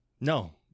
No